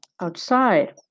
outside